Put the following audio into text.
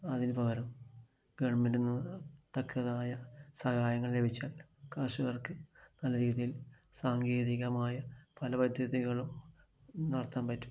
അതിനു പകരം ഗവൺമെൻ്റിൽ നിന്ന് തക്കതായ സഹായങ്ങൾ ലഭിച്ചാൽ കർഷകർക്ക് നല്ല രീതിയിൽ സാങ്കേതികമായ പല പദ്ധതികളും നടത്താൻ പറ്റും